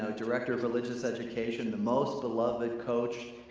director of religious education, the most beloved coach.